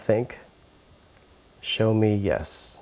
think show me yes